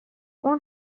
اون